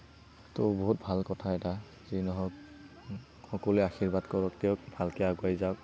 ত' বহুত ভাল কথা এটা যি নহওক সকলোৱে আশীৰ্বাদ কৰক তেওঁক ভালদৰে আগুৱাই যাওক